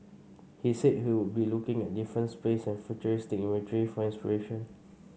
he said he would be looking at different space and futuristic imagery for inspiration